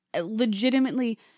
legitimately